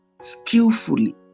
skillfully